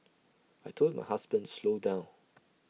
I Told my husband to slow down